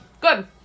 Good